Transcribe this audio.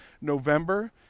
November